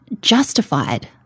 justified